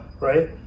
right